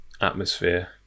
atmosphere